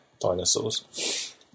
dinosaurs